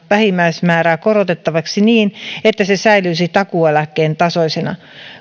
vähimmäismäärää korotettavaksi niin että se säilyisi takuueläkkeen tasoisena